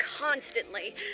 constantly